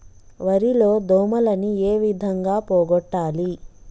వరి లో దోమలని ఏ విధంగా పోగొట్టాలి?